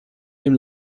dem